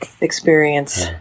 experience